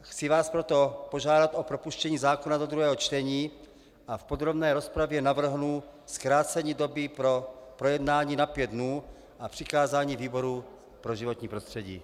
Chci vás proto požádat o propuštění zákona do druhého čtení a v podrobné rozpravě navrhnu zkrácení doby pro projednání na pět dnů a přikázání výboru pro životní prostředí.